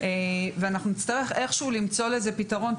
ואנחנו נצטרך איכשהו למצוא לזה פתרון.